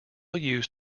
used